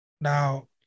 Now